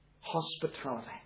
hospitality